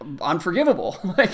unforgivable